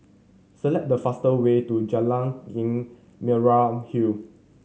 select the fastest way to Jalan Merah Hill